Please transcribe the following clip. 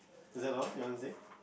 is that all you wana say